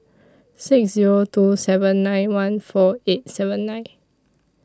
six Zero two seven nine one four eight seven nine